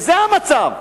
וזה המצב,